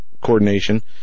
coordination